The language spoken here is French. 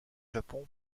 japon